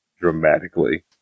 dramatically